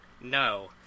No